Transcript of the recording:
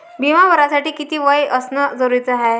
बिमा भरासाठी किती वय असनं जरुरीच हाय?